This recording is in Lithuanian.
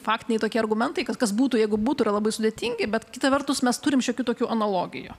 faktiniai tokie argumentai kad kas būtų jeigu būtų labai sudėtingi bet kita vertus mes turim šiokių tokių analogijų